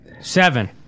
Seven